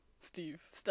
Steve